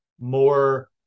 more